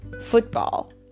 football